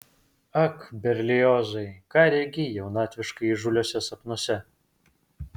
ak berliozai ką regi jaunatviškai įžūliuose sapnuose